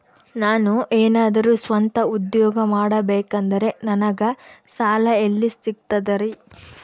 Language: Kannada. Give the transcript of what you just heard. ನಾನು ಏನಾದರೂ ಸ್ವಂತ ಉದ್ಯೋಗ ಮಾಡಬೇಕಂದರೆ ನನಗ ಸಾಲ ಎಲ್ಲಿ ಸಿಗ್ತದರಿ?